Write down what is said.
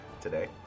today